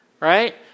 right